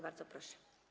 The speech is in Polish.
Bardzo proszę.